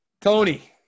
Tony